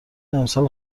امسال